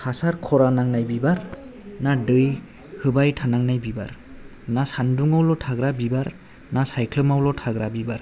हासार खरा नांनाय बिबार ना दै होबाय थानांनाय बिबार ना सानदुंयावल' थाग्रा बिबार ना सायख्लुमावल' थाग्रा बिबार